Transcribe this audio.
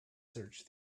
search